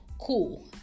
Cool